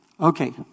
Okay